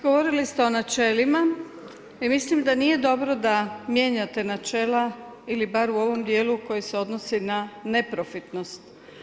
Govorili ste o načelima i mislim da nije dobro da mijenjate načela ili barem u ovom dijelu koje se odnosi na neprofitnost.